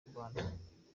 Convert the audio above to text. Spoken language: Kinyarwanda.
inyarwanda